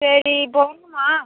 சரி இப்போ வர்ணுமா